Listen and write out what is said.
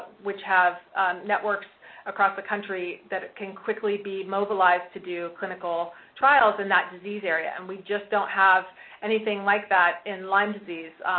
which have networks across the country that can quickly be mobilized to do clinical trials in that disease area, and we just don't have anything like that in lyme disease.